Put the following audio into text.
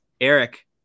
Eric